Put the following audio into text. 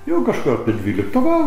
jau kažkur apie dvyliktą val